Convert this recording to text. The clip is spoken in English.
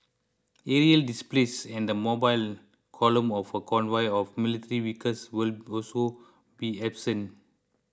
aerial displays and the mobile column of a convoy of military vehicles will also be absent